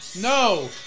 No